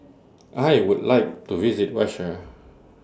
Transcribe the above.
I Would like to visit Russia